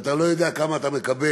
כשאתה לא יודע כמה אתה מקבל,